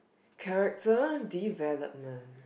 character development